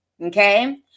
okay